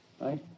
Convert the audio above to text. right